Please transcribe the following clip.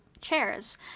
chairs